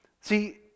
See